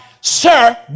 Sir